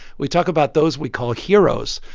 we talk about those we call heroes.